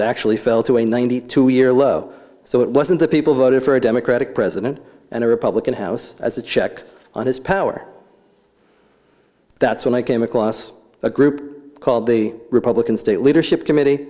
it actually fell to a ninety two year low so it wasn't the people voted for a democratic president and a republican house as a check on his power that's when i came across a group called the republican state leadership committee